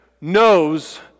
knows